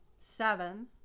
seven